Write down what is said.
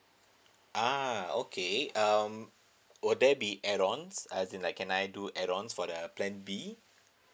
ah okay um will there be add ons as in like can I do add ons for the plan B